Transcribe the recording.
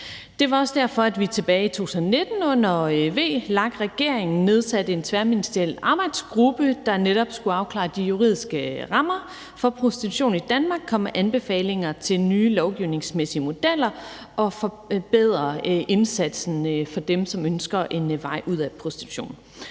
Det var også derfor, at vi er tilbage 2019 under VLAK-regeringen nedsatte en tværministeriel arbejdsgruppe, der netop skulle afklare de juridiske rammer for prostitution i Danmark, komme med anbefalinger til nye lovgivningsmæssige modeller og forbedre indsatsen for dem, som ønsker en vej ud af prostitution.